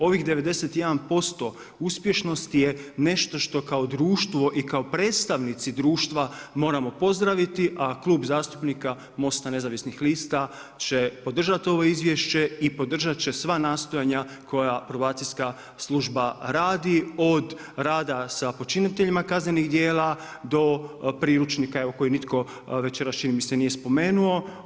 Ovih 91% uspješnost je nešto što kao društvo i kao predstavnici društva moramo pozdraviti, a Klub zastupnika Mosta nezavisnih lista će podržati ovo izvješće i podržati će sva nastojanja koja probacijska služba radi, od rada sa počiniteljima kaznenih dijela, do priručnika koje nitko večeras čini mi se nije spomenuo.